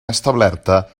establerta